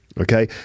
Okay